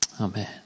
Amen